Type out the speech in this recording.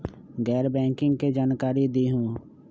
गैर बैंकिंग के जानकारी दिहूँ?